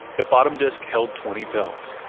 the bottom disc held twenty pills,